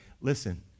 Listen